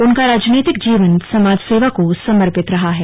उनका राजनीतिक जीवन समाजसेवा को समर्पित रहा है